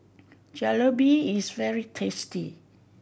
jalebi is very tasty